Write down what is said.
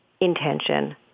intention